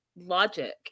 logic